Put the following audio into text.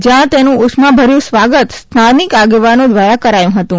જ્યાં તેનું ઉષ્માભર્યું સ્વાગત સ્થાનિક આગેવાનો દ્વારા કરાયું હતું